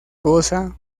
goza